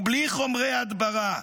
ובלי חומרי הדברה.